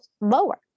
lower